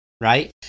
right